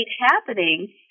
happening